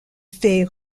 fait